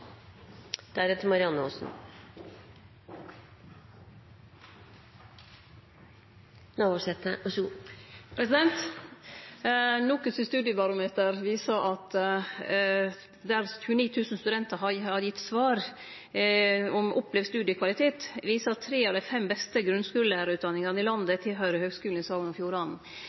studiebarometer, der 29 000 studentar har gitt svar om opplevd studiekvalitet, viser at tre av dei fem beste grunnskulelærarutdanningane i landet tilhøyrer Høgskulen i Sogn og Fjordane. Det er kanskje ikkje tilfeldig og avvik at elevane ved skulen i Sogn og Fjordane